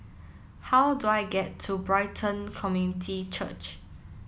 how do I get to Brighton Community Church